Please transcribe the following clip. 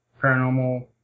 paranormal